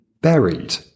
buried